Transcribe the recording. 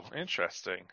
interesting